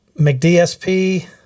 McDSP